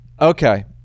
Okay